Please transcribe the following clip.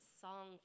song